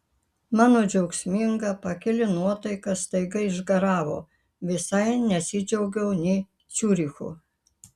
mano džiaugsminga pakili nuotaika staiga išgaravo visai nesidžiaugiau nė ciurichu